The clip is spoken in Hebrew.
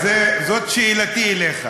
אז זאת שאלתי אליך.